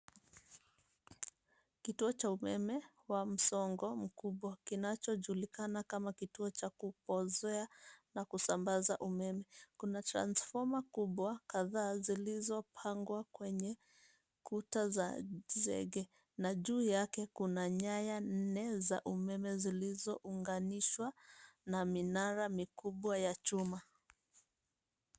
Kituo cha umeme wa msongo mkubwa kinachojulikana kama kituo cha kupozea na kusambaza umeme. Kuna transfoma kubwa kadhaa zilizopangwa kwenye kuta za zege na juu yake kuna nyaya nne za umeme zilizounganishwa na minara mikubwa ya chuma.